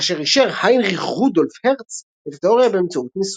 כאשר אישר היינריך רודולף הרץ את התאוריה באמצעות ניסוי.